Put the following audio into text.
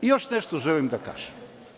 Još nešto želim da kažem.